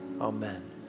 Amen